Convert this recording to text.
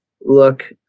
look